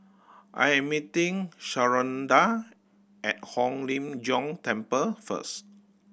I am meeting Sharonda at Hong Lim Jiong Temple first